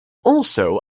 also